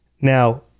Now